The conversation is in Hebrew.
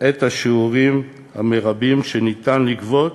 את השיעורים המרביים שניתן לגבות